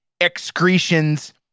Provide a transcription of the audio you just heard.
excretions